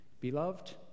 beloved